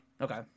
Okay